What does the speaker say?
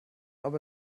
aber